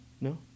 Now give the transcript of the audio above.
No